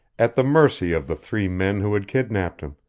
at the mercy of the three men who had kidnaped him,